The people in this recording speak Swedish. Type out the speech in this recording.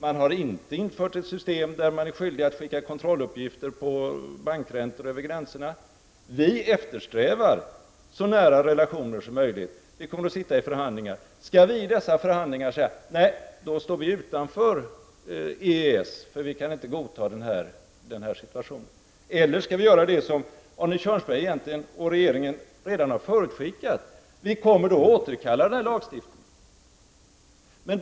Man har inte infört ett system där man är skyldig att skicka kontrolluppgifter på bankräntor över gränserna. Vi eftersträvar så nära relationer som möjligt. Vi kommer att sitta i förhandlingar om det. Skall vi i dessa förhandlingar säga: Nej, då står vi utanför EES, för vi kan inte godta den här situationen? Eller skall vi göra det som Arne Kjörnsberg och regeringen egentligen redan har förutskickat, nämligen återkalla den här lagstiftningen?